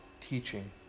teaching